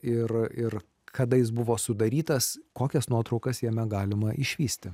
ir ir kada jis buvo sudarytas kokias nuotraukas jame galima išvysti